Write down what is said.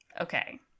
Okay